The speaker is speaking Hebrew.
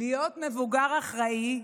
להיות מבוגר אחראי,